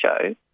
show